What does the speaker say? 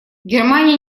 германия